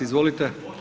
Izvolite.